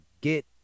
get